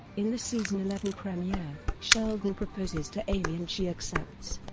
in the season eleven premiere, sheldon proposes to amy and she accepts.